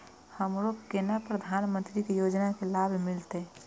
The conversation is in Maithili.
हमरो केना प्रधानमंत्री योजना की लाभ मिलते?